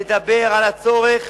לדבר על הצורך